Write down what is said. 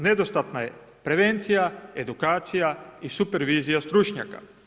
Nedostatna je prevencija, edukacija i super vizija stručnjaka.